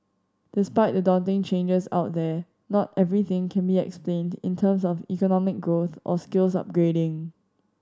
despite the daunting changes out there not everything can be explained in terms of economic growth or skills upgrading